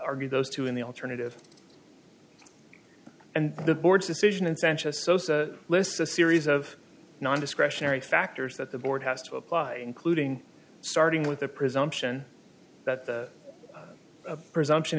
argue those two in the alternative and the board's decision and sanchez lists the series of nondiscretionary factors that the board has to apply including starting with the presumption that the presumption